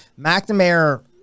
McNamara